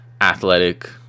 athletic